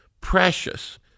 precious